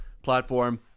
platform